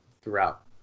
throughout